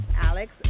Alex